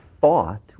thought